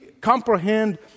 comprehend